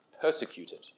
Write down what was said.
persecuted